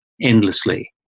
endlessly